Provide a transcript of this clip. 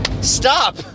Stop